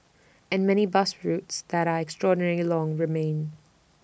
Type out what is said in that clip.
and many bus routes that are extraordinarily long remain